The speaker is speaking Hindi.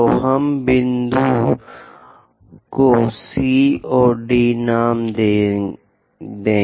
तो हम इस बिंदु को C और D नाम दें